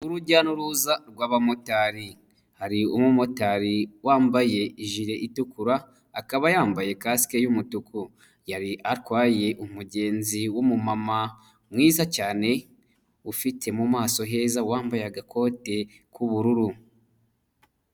Urujya n'uruza rw'abamotari hari umumotari wambaye ijire itukura akaba yambaye kasike y'umutuku yari atwaye umugenzi w'umumama mwiza cyane ufite mu maso heza wambaye agakote k'ubururu.